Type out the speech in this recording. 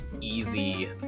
easy